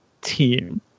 team